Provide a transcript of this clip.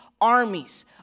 armies